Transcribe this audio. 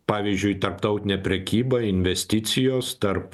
pavyzdžiui tarptautinė prekyba investicijos tarp